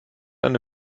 eine